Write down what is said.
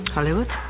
Hollywood